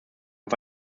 auf